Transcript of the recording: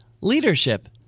leadership